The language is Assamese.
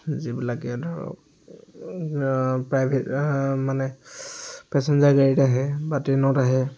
যিবিলাকে ধৰক প্ৰাইভেট মানে পেছেঞ্জাৰ গাড়ীত আহে বা ট্ৰেনত আহে